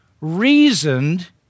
reasoned